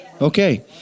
Okay